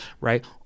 right